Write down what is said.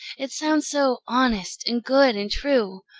it sounds so honest and good and true.